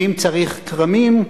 ואם צריך כרמים,